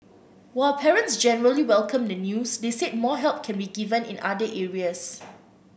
while parents generally welcomed the news they said more help can be given in other areas